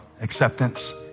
acceptance